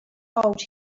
told